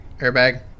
airbag